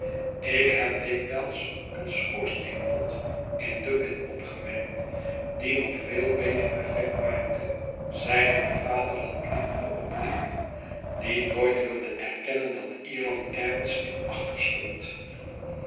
ik heb dikwijls een schoorsteenpot in dublin opgemerkt die nog veel beter effect maakte zeide de vaderlandlievende o'bleary die nooit wilde erkennen dat ierland ergens in achter stond